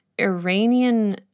Iranian